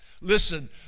Listen